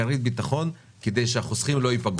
כרית ביטחון כדי שהחוסכים לא ייפגעו.